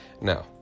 Now